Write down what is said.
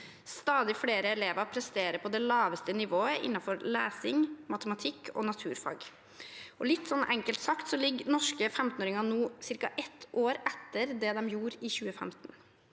Stadig flere elever presterer på det laveste nivået innenfor lesing, matematikk og naturfag. Litt enkelt sagt ligger norske 15-åringer nå ca. ett år etter det de gjorde i 2015.